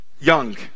young